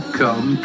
come